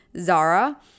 Zara